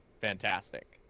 fantastic